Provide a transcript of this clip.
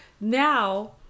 now